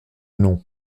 nom